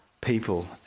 people